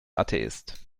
atheist